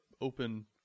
open